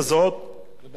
הבנו את זה בוועדות,